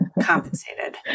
compensated